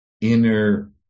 inner